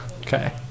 Okay